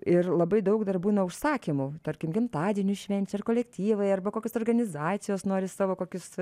ir labai daug dar būna užsakymų tarkim gimtadienių švenčia ar kolektyvai arba kokios organizacijos nori savo kokius